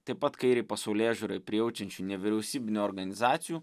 taip pat kairei pasaulėžiūrai prijaučiančių nevyriausybinių organizacijų